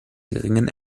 geringen